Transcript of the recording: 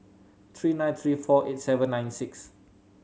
three nine three four eight seven nine six